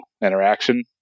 interaction